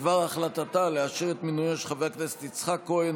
בדבר החלטתה לאשר את מינויו של חבר הכנסת יצחק כהן,